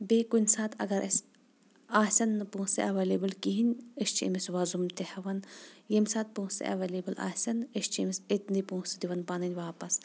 بیٚیہِ کُنہِ ساتہٕ اگر اسہِ آسن نہٕ پونٛسے اٮ۪ویلیبٕل کہیٖنۍ أسۍ چھِ أمِس وۄزُم تہِ ہٮ۪وان ییٚمہِ ساتہٕ پۄنٛسہٕ اٮ۪ویلیبٕل آسن أسۍ چھِ أمِس أتنی پونٛسہِ دِوان پنٕنۍ واپس